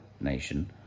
nation